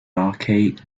archaic